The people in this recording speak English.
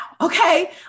Okay